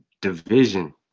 division